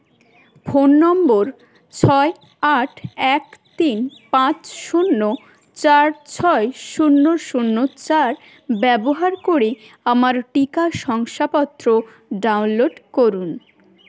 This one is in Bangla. ফোন নম্বর ছয় আট এক তিন পাঁচ শূন্য চার ছয় শূন্য শূন্য চার ব্যবহার করে আমার টিকা শংসাপত্র ডাউনলোড করুন